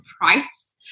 price